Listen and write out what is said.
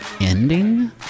ending